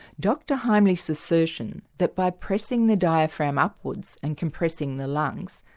dr heimlich's assertion that by pressing the diaphragm upwards and compressing the lungs,